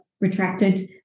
retracted